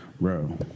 bro